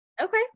okay